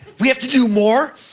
we have to do more?